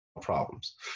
problems